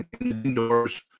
indoors